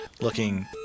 looking